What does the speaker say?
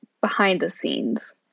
behind-the-scenes